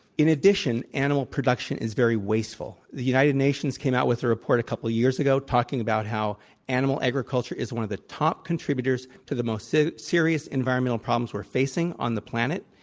in addition, animal production is very wasteful. the united nations came out with a report a couple years ago talking about how animal agriculture is one of the top contributors to the most so serious environmental problems we're facing on the planet,